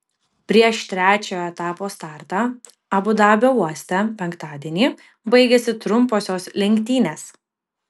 prieš trečiojo etapo startą abu dabio uoste penktadienį baigėsi trumposios lenktynės